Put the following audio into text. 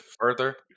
further